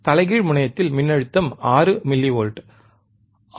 தலைகீழ் முனையத்தில் மின்னழுத்தம் 6 மில்லிவால்ட் 6